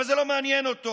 אבל זה לא מעניין אותו,